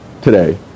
today